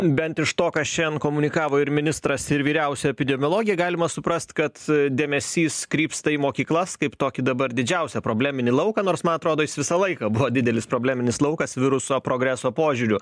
bent iš to ką šiandien komunikavo ir ministras ir vyriausia epidemiologė galima suprast kad dėmesys krypsta į mokyklas kaip tokį dabar didžiausią probleminį lauką nors man atrodo jis visą laiką buvo didelis probleminis laukas viruso progreso požiūriu